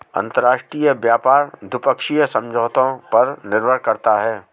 अंतरराष्ट्रीय व्यापार द्विपक्षीय समझौतों पर निर्भर करता है